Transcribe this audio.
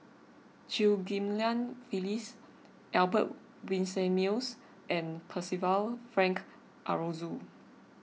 Chew Ghim Lian Phyllis Albert Winsemius and Percival Frank Aroozoo